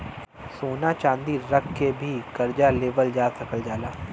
सोना चांदी रख के भी करजा लेवल जा सकल जाला